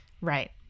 Right